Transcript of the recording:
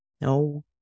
No